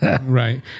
right